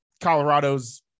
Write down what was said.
Colorado's